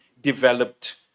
developed